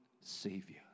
Savior